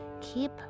Keep